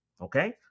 okay